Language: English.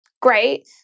Great